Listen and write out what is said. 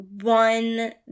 one